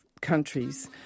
countries